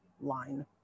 line